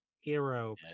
Hero